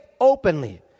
openly